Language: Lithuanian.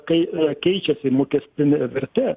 kai keičiasi mokestinė vertė